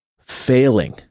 failing